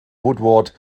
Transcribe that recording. woodward